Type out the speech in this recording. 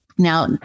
Now